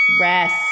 Rest